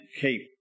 keep